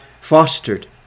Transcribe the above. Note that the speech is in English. fostered